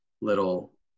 little